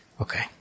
Okay